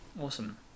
Awesome